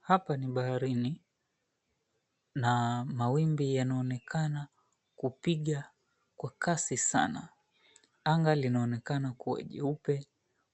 Hapa ni baharini na mawimbi yanaonekana kupiga kwa kasi sana. Anga linaonekana kuwa jeupe,